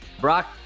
Brock